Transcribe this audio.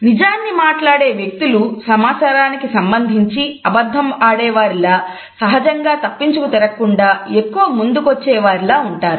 నిజాన్ని మాట్లాడే వ్యక్తులు సమాచారానికి సంబంధించి అబద్ధం ఆడేవారిలా సహజంగా తప్పించుకు తిరగకుండా ఎక్కువ ముందుకొచ్చే వారిలా ఉంటారు